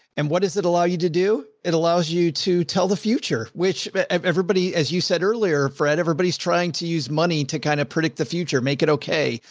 and what does it allow you to do? it allows you to tell the future, which everybody, as you said earlier, fred, everybody's trying to use money to kind of predict the future, make it okay.